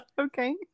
Okay